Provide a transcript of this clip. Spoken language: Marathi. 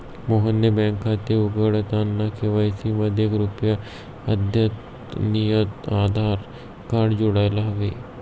मोहनचे बँक खाते उघडताना के.वाय.सी मध्ये कृपया अद्यतनितआधार कार्ड जोडायला हवे